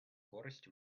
користь